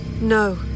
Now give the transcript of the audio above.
No